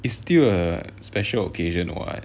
is still a special occasion [what]